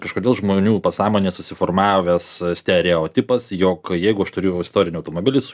kažkodėl žmonių pasąmonės susiformavęs stereotipas jog jeigu aš turiu istorinį automobilį su